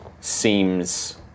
seems